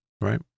right